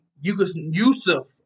Yusuf –